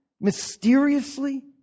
Mysteriously